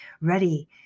ready